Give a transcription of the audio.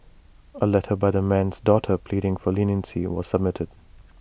A letter by the man's daughter pleading for leniency was submitted